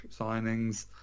signings